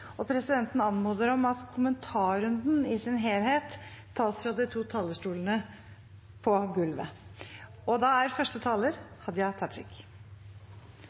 Presidenten anmoder om at kommentarrunden i sin helhet tas fra de to talerstolene på gulvet. Statsbudsjettet vert lagt fram i ei krevjande tid for landet. Både pandemi og oljeprisfall er